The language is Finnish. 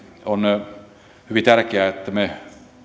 on hyvin tärkeää että me